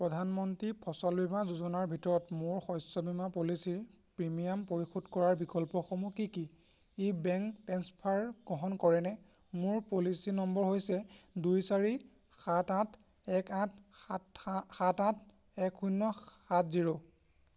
প্ৰধানমন্ত্ৰী ফচল বীমা যোজনাৰ ভিতৰত মোৰ শস্য বীমা পলিচীৰ প্ৰিমিয়াম পৰিশোধ কৰাৰ বিকল্পসমূহ কি কি ই বেংক ট্ৰেন্সফাৰ গ্ৰহণ কৰেনে মোৰ পলিচী নম্বৰ হৈছে দুই চাৰি সাত আঠ এক আঠ সাত আঠ এক শূন্য সাত জিৰ'